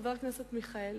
חבר הכנסת מיכאלי.